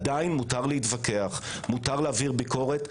עדיין מותר להתווכח ולהעביר ביקורת.